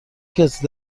کسی